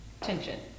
tension